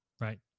right